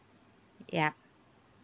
yup